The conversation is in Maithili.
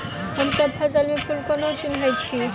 हमसब फसल सब मे फूल केँ कोना चिन्है छी?